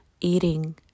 eating